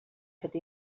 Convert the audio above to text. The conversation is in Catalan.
fet